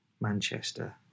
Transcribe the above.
Manchester